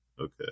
okay